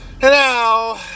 hello